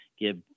give